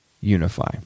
Unify